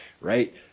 right